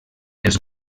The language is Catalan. els